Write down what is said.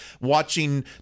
watching